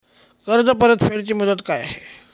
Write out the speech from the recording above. कर्ज परतफेड ची मुदत काय आहे?